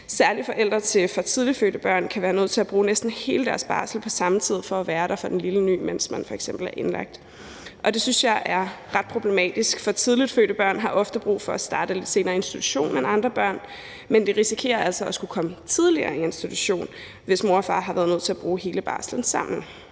Særlig forældre til for tidligt fødte børn kan være nødt til at bruge næsten hele deres barsel på samme tid for at være der for den lille ny, mens de f.eks. er indlagt. Det synes jeg er ret problematisk, for for tidligt fødte børn har ofte brug for at starte lidt senere i institution end andre børn, men de risikerer altså at komme tidligere i institution, hvis mor og far har været nødt til bruge hele barslen sammen.